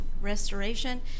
restoration